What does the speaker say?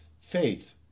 faith